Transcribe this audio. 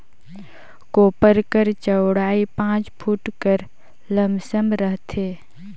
कोपर कर चउड़ई पाँच फुट कर लमसम रहथे